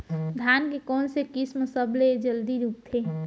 धान के कोन से किसम सबसे जलदी उगथे?